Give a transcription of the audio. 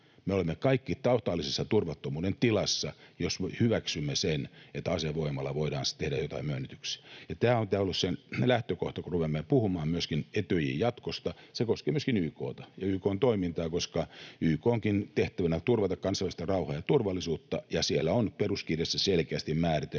Me olemme kaikki totaalisessa turvattomuuden tilassa, jos hyväksymme sen, että asevoimalla voidaan tehdä joitain myönnytyksiä. Tämän pitää olla lähtökohta, kun rupeamme puhumaan myöskin Etyjin jatkosta, ja se koskee myöskin YK:ta ja YK:n toimintaa, koska YK:nkin tehtävänä on turvata kansainvälistä rauhaa ja turvallisuutta, ja siellä on peruskirjassa selkeästi määritelty